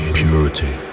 purity